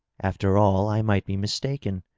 after all, i might be mistaken.